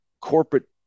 corporate